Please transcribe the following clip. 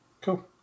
Cool